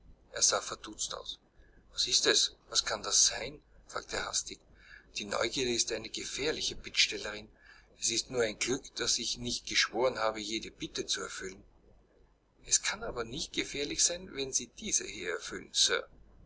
er sah verdutzt aus was ist es was kann das sein fragte er hastig die neugierde ist eine gefährliche bittstellerin es ist nur ein glück daß ich nicht geschworen habe jede bitte zu erfüllen es kann aber nicht gefährlich sein wenn sie diese hier